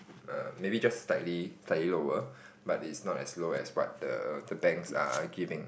maybe just slightly slightly lower but it's not as low as what the the banks are giving